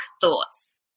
thoughts